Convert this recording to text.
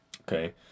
Okay